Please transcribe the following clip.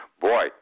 Boy